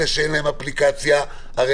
אלו שאין להם אפליקציה אמורים